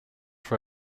for